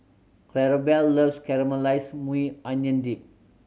Clarabelle loves Caramelized Maui Onion Dip